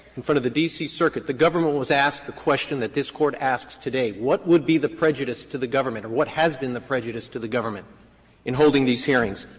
in front of the d c. circuit, the government was asked the question that this court asks today what would be the prejudice to the government or what has been the prejudice to the government in holding these hearings?